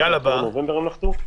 באוקטובר-נובמבר הם נחתו.